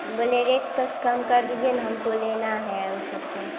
बोले रेट कछ कम कर दीजिए न हमको लेना है उस सबको